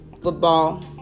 football